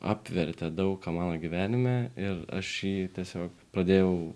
apvertė daug ką mano gyvenime ir aš jį tiesiog pradėjau